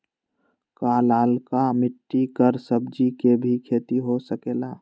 का लालका मिट्टी कर सब्जी के भी खेती हो सकेला?